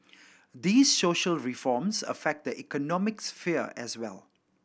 these social reforms affect the economic sphere as well